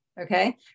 okay